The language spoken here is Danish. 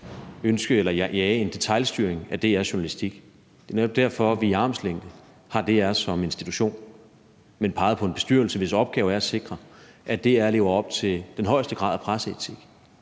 ønske eller jage en detailstyring af DR's journalistik. Det er netop derfor, vi har armslængdeprincippet over for DR som institution, men har peget på en bestyrelse, hvis opgave det er at sikre, at DR lever op til den højeste grad af presseetik.